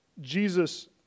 Jesus